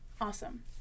awesome